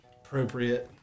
appropriate